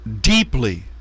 deeply